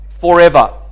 forever